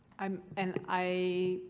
um and i.